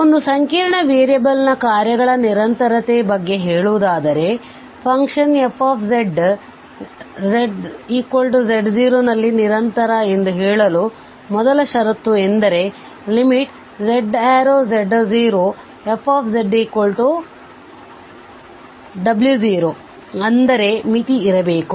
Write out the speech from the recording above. ಒಂದು ಸಂಕೀರ್ಣ ವೇರಿಯೇಬಲ್ ನ ಕಾರ್ಯಗಳ ನಿರಂತರತೆ ಬಗ್ಗೆ ಹೇಳುವುದಾದರೆ ಫಂಕ್ಷನ್ f zz0 ನಲ್ಲಿ ನಿರಂತರ ಎಂದು ಹೇಳಲು ಮೊದಲ ಷರತ್ತು ಎಂದರೆ z→z0fzw0 ಅಂದರೆ ಮಿತಿ ಇರಬೇಕು